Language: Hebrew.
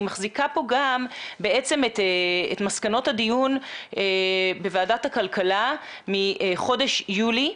אני מחזיקה כאן את מסקנות הדיון בוועדת הכלכלה מחודש יולי.